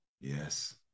yes